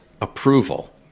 approval